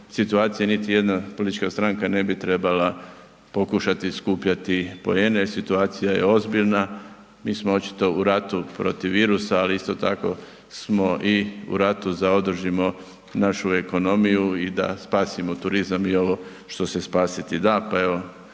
situacija niti jedna politička stranka ne bi trebala pokušati skupljati poene. Situacija je ozbiljna. Mi smo očito u ratu protiv virusa, ali isto tako smo i u ratu za održimo našu ekonomiju i da spasimo turizam i ovo što se spasiti da, pa evo,